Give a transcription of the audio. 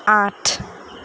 আঠ